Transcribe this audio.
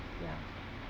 ya